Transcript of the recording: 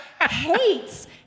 hates